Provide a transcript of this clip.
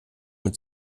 mit